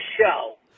show